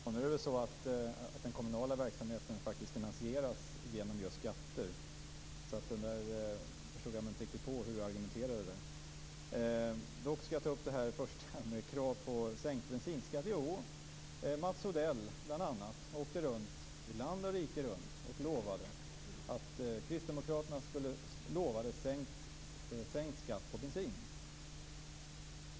Fru talman! Den kommunala verksamheten finansieras faktiskt genom just skatter, så jag förstod mig inte riktigt på hur Holger Gustafsson argumenterade. Jag skall dock ta upp det första, om krav på sänkt bensinskatt. Bl.a. Mats Odell åkte land och rike runt och lovade sänkt skatt på bensin.